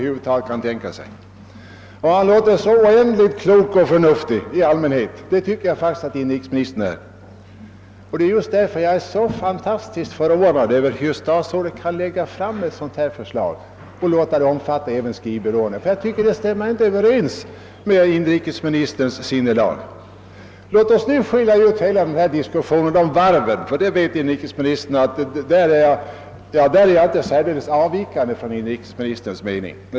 Han låter så oändligt k'ok och förnuftig, i allmänhet. Just därför är jag så väldigt förvånad över att statsrådet kan lägga fram ett sådant här förs!ag och låta det omfatta även skrivbyråerna. Det stämmer ju inte överens med inrikesministerns sinnelag. Låt oss nu skilja ut hela diskussionen om varven, ty i den frågan avviker min mening inte särdeles mycket från inrikesministerns.